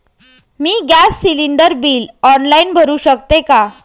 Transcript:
मी gas cylinder bill online भरु शकते का?